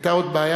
היתה עוד בעיה,